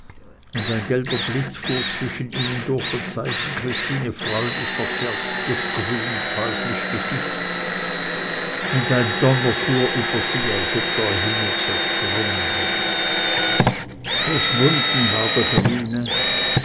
und ein gelber blitz fuhr zwischen ihnen durch und zeigte christine freudig verzerrt des grünen teuflisch gesicht und ein donner fuhr über sie als ob der himmel zersprungen wäre verschwunden war der grüne